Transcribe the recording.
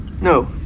No